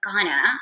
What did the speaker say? Ghana